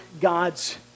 God's